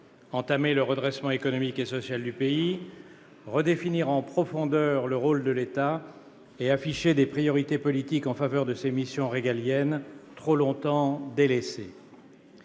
entamer le redressement économique et social du pays, redéfinir en profondeur le rôle de l'État et afficher des priorités politiques en faveur de ses missions régaliennes, trop longtemps délaissées.